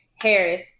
Harris